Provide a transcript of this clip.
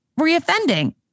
reoffending